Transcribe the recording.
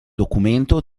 documento